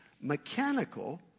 mechanical